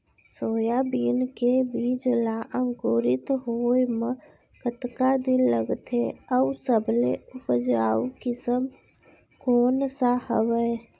Soybean के बीज ला अंकुरित होय म कतका दिन लगथे, अऊ सबले उपजाऊ किसम कोन सा हवये?